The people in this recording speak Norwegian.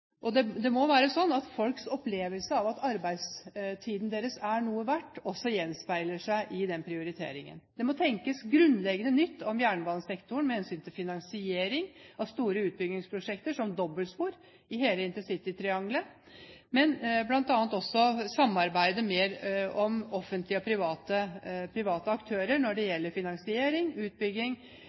Det må være slik at folks opplevelse av at arbeidstiden deres er noe verdt, også gjenspeiler seg i den prioriteringen. Det må tenkes grunnleggende nytt når det gjelder jernbanesektoren med hensyn til finansiering av store utbyggingsprosjekter, som dobbeltspor i hele intercitytriangelet, med bl.a. samarbeid mellom offentlige og private aktører når det gjelder finansiering, utbygging,